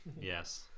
Yes